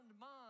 mind